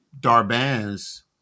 Darban's